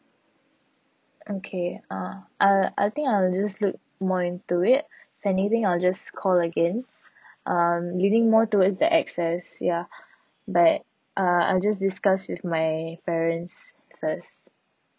okay ah I'll I think I will just look more into it if anything I will just call again um leaning more towards the X_S ya but uh I'll just discuss with my parents first